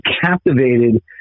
captivated